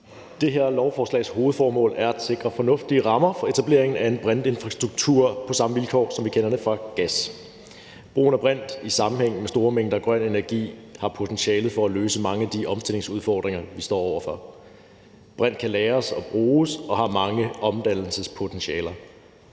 Det her lovforslags hovedformål er at sikre fornuftige rammer for etableringen af en brintinfrastruktur på samme vilkår, som vi kender det fra gas. Brugen af brint i sammenhæng med store mængder grøn energi har potentialet til at løse mange af de omstillingsudfordringer, vi står over for. Brint kan lagres og bruges og har mange omdannelsespotentialer.